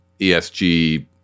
esg